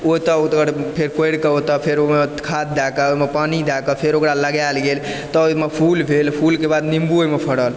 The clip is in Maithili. ओतऽ फेर कोरि कऽ ओतऽ फेर खाद दए कऽ ओहिमे पानि दए कऽ फेर ओकरा लगाएल गेल तऽ ओहिमे फूल भेल फूलके बाद निम्बू ओहिमे फरल